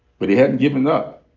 but he hasn't given up.